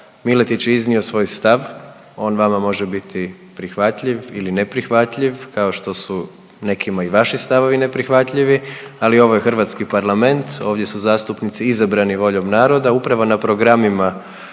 Miletić je iznio svoj stav, on vama može biti prihvatljiv ili neprihvatljiv kao što su nekima i vaši stavovi neprihvatljivi. Ali ovo je hrvatski Parlament, ovdje su zastupnici izabrani voljom naroda upravo na programima koje